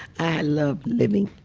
i love living.